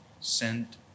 sent